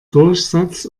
durchsatz